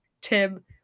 Tim